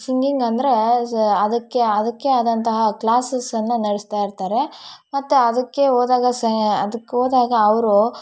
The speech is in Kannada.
ಸಿಂಗಿಂಗ್ ಅಂದರೆ ಅದಕ್ಕೆ ಅದಕ್ಕೆ ಆದಂತಹ ಕ್ಲಾಸಸ್ಸನ್ನು ನಡೆಸ್ತಾ ಇರ್ತಾರೆ ಮತ್ತು ಅದಕ್ಕೆ ಹೋದಾಗ ಅದಕ್ಕೋದಾಗ ಅವರು